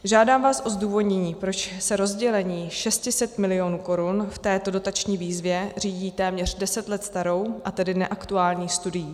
Žádám vás o zdůvodnění, proč se rozdělení 600 milionů korun v této dotační výzvě řídí téměř deset let starou, a tedy neaktuální studií.